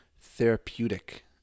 therapeutic